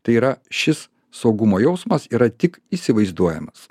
tai yra šis saugumo jausmas yra tik įsivaizduojamas